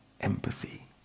empathy